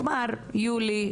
כלומר יולי,